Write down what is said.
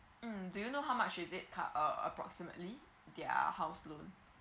mm do you know how much is it uh approximately their house loan